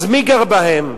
אז מי גר בהן?